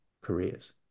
careers